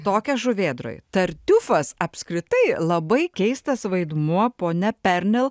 tokia žuvėdroj tartiufas apskritai labai keistas vaidmuo ponia pernel